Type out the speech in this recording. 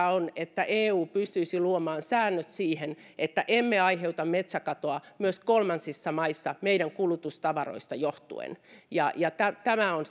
on että eu pystyisi luomaan säännöt siihen että emme aiheuta metsäkatoa myös kolmansissa maissa meidän kulutustavaroista johtuen ja ja tämä on